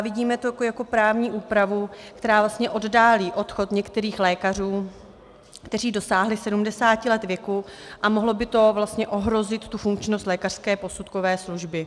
Vidíme to jako právní úpravu, která vlastně oddálí odchod některých lékařů, kteří dosáhli 70 let věku, a mohlo by to ohrozit funkčnost lékařské posudkové služby.